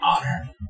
honor